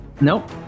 Nope